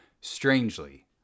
Strangely